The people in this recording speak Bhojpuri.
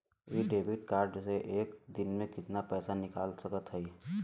इ डेबिट कार्ड से एक दिन मे कितना पैसा निकाल सकत हई?